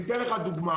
אתן לך דוגמה,